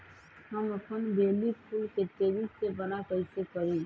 हम अपन बेली फुल के तेज़ी से बरा कईसे करी?